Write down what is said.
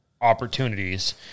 opportunities